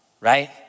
right